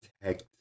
protect